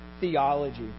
theology